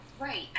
Right